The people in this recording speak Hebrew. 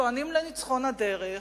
טוענים לניצחון הדרך,